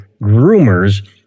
groomers